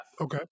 Okay